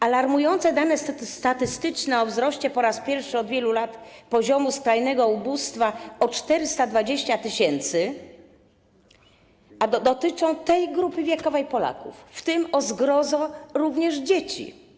Alarmujące dane statystyczne o wzroście po raz pierwszy od wielu lat poziomu skrajnego ubóstwa o 420 tys. dotyczą emerytów, tej grupy wiekowej Polaków, a także, o zgrozo, dzieci.